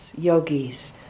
yogis